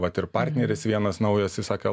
vat ir partneris vienas naujas jis sakė